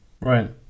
Right